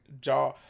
jaw